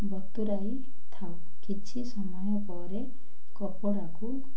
ବତୁରାଇଥାଉ କିଛି ସମୟ ପରେ କପଡ଼ାକୁ